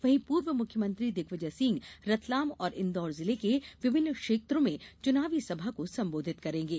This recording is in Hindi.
वहीं पूर्व मुख्यमंत्री दिग्विजय सिंह रतलाम और इन्दौर जिले के विभिन्न क्षेत्रों में चुनावी सभा को संबोधित करेंगे